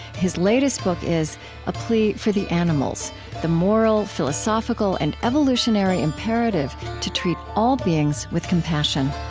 his latest book is a plea for the animals the moral, philosophical, and evolutionary imperative to treat all beings with compassion